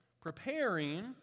preparing